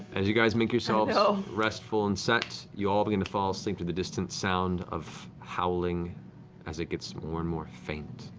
as you guys make yourselves so restful and set, you all begin to fall asleep to the distant sound of howling as it gets more and more faint.